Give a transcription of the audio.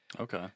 Okay